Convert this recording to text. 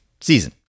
Season